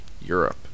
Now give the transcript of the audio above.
Europe